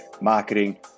marketing